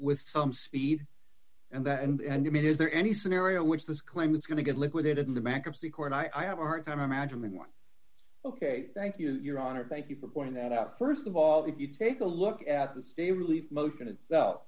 with some speed and that and i mean is there any scenario which this claim is going to get liquidated into bankruptcy court i have a hard time imagining one ok thank you your honor thank you for pointing that out st of all if you take a look at the state relief motion itself